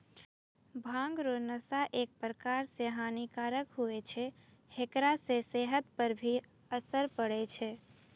भांग रो नशा एक प्रकार से हानी कारक हुवै छै हेकरा से सेहत पर भी असर पड़ै छै